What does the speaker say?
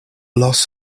loss